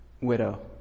widow